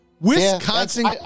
Wisconsin